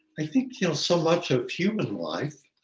i think, you know, so much of human life,